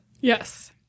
Yes